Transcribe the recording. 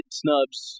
snubs